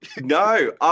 No